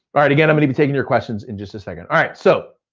alright again, i'm gonna be taking your questions in just a second. alright, so